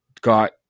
got